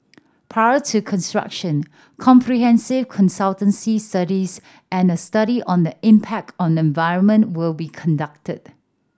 prior to construction comprehensive consultancy studies and a study on the impact on environment will be conducted